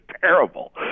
terrible